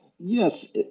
Yes